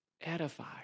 edify